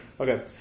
Okay